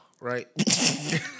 right